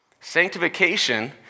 Sanctification